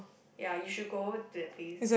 ya you should go to that place